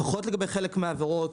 לפחות לגבי חלק מהעבירות.